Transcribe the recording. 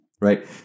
Right